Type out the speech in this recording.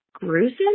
gruesome